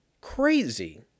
crazy